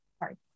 sorry